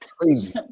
crazy